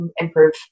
improve